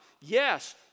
Yes